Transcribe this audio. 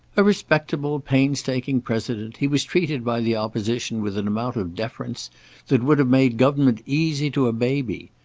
a respectable, painstaking president, he was treated by the opposition with an amount of deference that would have made government easy to a baby,